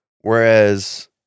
whereas